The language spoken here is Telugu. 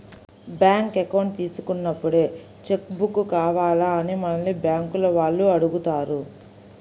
బ్యేంకు అకౌంట్ తీసుకున్నప్పుడే చెక్కు బుక్కు కావాలా అని మనల్ని బ్యేంకుల వాళ్ళు అడుగుతారు